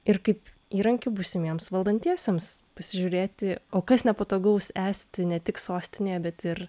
ir kaip įrankiu būsimiems valdantiesiems pasižiūrėti o kas nepatogaus esti ne tik sostinėje bet ir